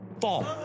fall